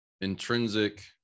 intrinsic